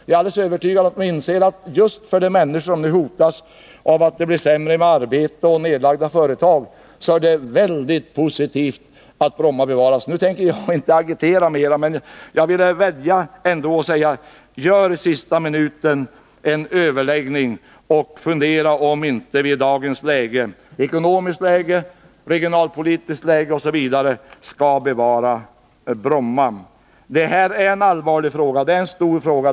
Jag är alldeles övertygad om att just för de människor som nu hotas av att det blir sämre med arbete är det väldigt positivt att Bromma bevaras. Nu tänker jag inte agitera mera, men jag vill ändå vädja: Ta nu i sista minuten en överläggning och fundera över om vi inte i dagens ekonomiska läge, regionalpolitiska läge osv. skall bevara Bromma flygplats. Det här är en allvarlig fråga.